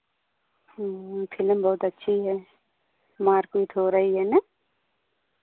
हाँ फिल्म बहुत अच्छी है मारपीट हो रही है ना